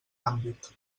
àmbit